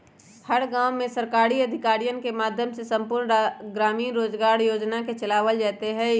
हर गांव में सरकारी अधिकारियन के माध्यम से संपूर्ण ग्रामीण रोजगार योजना के चलावल जयते हई